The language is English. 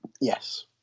Yes